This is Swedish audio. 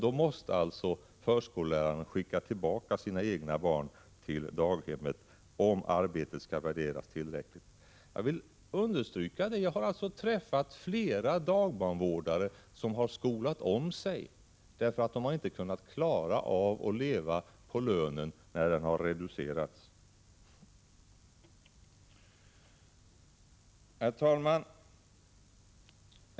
Då måste man alltså skicka tillbaka sina egna barn till daghemmet för att arbetet skall värderas tillräckligt. Jag har alltså träffat flera, det vill jag understryka, dagbarnvårdare som har skolat om sig därför att de inte kunnat leva på sin lön när den reducerats. Herr talman!